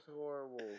horrible